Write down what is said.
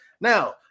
Now